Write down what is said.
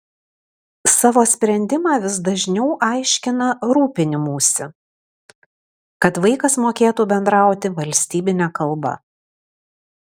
savo sprendimą vis dažniau aiškina rūpinimųsi kad vaikas mokėtų bendrauti valstybine kalba